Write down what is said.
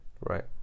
Right